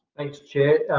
thanks, chair.